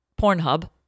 Pornhub